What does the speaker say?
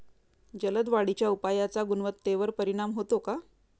जलद वाढीच्या उपायाचा गुणवत्तेवर परिणाम होतो का?